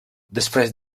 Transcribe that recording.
després